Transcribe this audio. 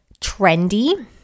trendy